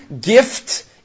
gift